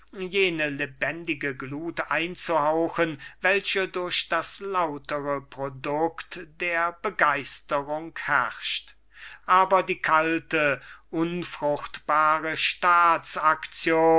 jene lebendige glut einzuhauchen welche durch das lautere produkt der begeisterung herrscht aber die kalte unfruchtbare staatsaktion